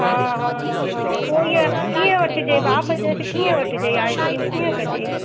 हा हा हा पोइ ईअं कीअं वठिजे ॿाफ़ कीअं वठिजे इहा स्टीम कीअं कजे